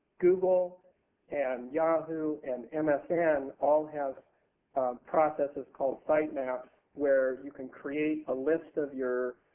google and yahoo and msn all have processes called site maps where you can create a list of your